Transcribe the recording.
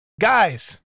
guys